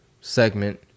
segment